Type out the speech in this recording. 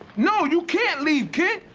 no, you can't leave, ken.